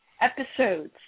episodes